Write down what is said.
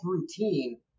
routine